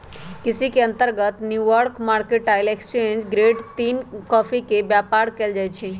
केसी के अंतर्गत New York mercantile exchange grade तीन कॉफी के व्यापार कएल जाइ छइ